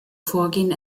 vorgehen